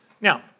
Now